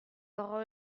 parole